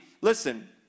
listen